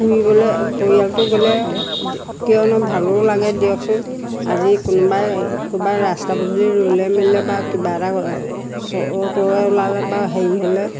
ফুৰিবলৈ পৰিয়ালটো গ'লে কিয়নো ভালো লাগে দিয়কচোন আজি কোনোবাই কোনোবাই ৰাস্তা পদূলি ৰ'লে মেলিলে বা কিবা এটা চোৰ তোৰ ওলালে বা হেৰি হ'লে